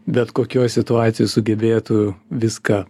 bet kokioj situacijoj sugebėtų viską